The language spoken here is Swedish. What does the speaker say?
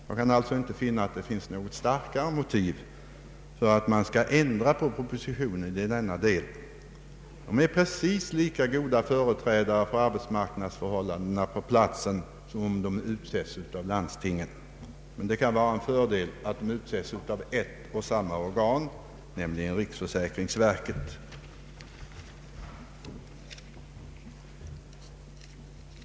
Jag kan alltså inte finna något starkare motiv för att ändra på propositionens förslag i denna del. De utsedda ledamöterna är lika goda företrädare för arbetsmarknadsförhållandena på platsen som om de skulle utses av landstingen. Däremot kan det vara en fördel att de utses av ett och samma organ, nämligen riksförsäkringsverket.